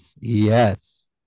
Yes